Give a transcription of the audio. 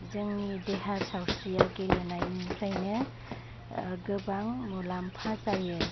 जोंनि देहा सावस्रिया गेलेनायनिफ्रायनो गोबां मुलाम्फा जायो